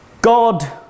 God